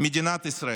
מדינת ישראל,